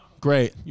great